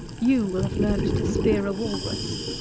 you will have learnt to spear a walrus?